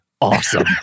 Awesome